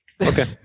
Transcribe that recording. Okay